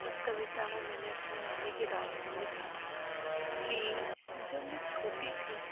उस कविता में मैंने अपनी मम्मी के बारे में लिखा था कि जब मैं छोटी थी